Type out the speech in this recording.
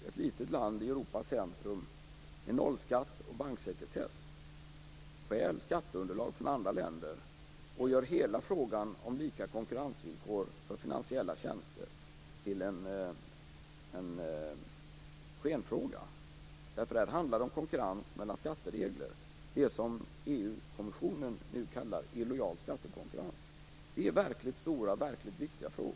Ett litet land i Europas centrum med nollskatt och banksekretess stjäl skatteunderlag från andra länder och gör hela frågan om lika konkurrensvillkor för finansiella tjänster till en skenfråga. Där handlar det om konkurrens mellan skatteregler, det som EU-kommissionen nu kallar för illojal skattekonkurrens. Det är verkligt stora och viktiga frågor.